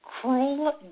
cruel